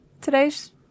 today's